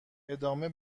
ادامه